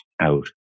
out